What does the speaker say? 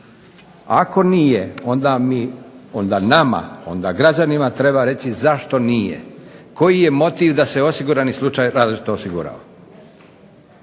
Ako nije, onda nama, onda građanima treba reći zašto nije. Koji je motiv da se osigurani slučaj različito osigurava.